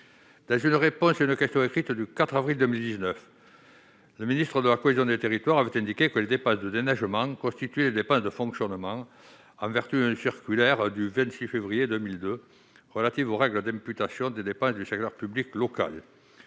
Dans une réponse à une question écrite du 4 avril 2019, la ministre de la cohésion des territoires avait indiqué que les dépenses de déneigement constituaient des dépenses de fonctionnement en vertu d'une circulaire du 26 février 2002 relative aux règles d'imputation des dépenses du secteur public local.